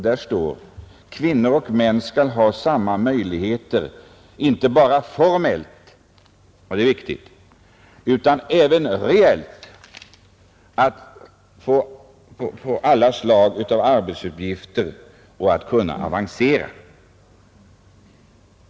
Där står: Kvinnor och män skall ha samma möjligheter inte bara formellt — det är viktigt — utan även reellt att få alla slag av arbetsuppgifter och att kunna avancera.